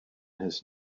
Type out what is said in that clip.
his